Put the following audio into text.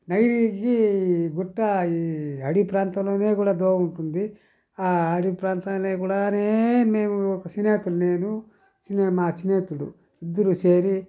నగిరికి ఈ గుట్ట ఈ అడవి ప్రాంతంలోని కూడా దోవ ఉంటుంది ఆ అడవి ప్రాంతం కూడానే మేము ఒక స్నేహితుడు నేను మా స్నేహితుడు ఇద్దరు చేరి